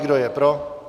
Kdo je pro?